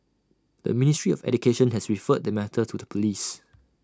the ministry of education has referred the matter to the Police